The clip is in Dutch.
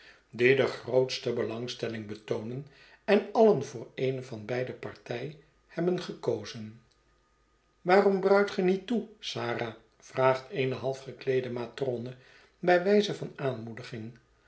de grootste belangstelling betoonen en alien voor eene van beide zij den partij hebben gekozen a waarom bruit ge niet toe sara vraagt eene halfgekleede matrone bij wijze van aanmoediging